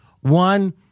One